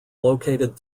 located